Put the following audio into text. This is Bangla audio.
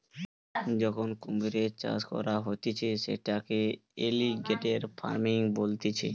যখন কুমিরের চাষ করা হতিছে সেটাকে এলিগেটের ফার্মিং বলতিছে